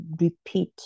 repeat